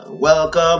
Welcome